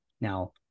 now